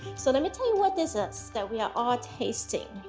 so and tell you what is this that we are all tasting.